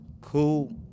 cool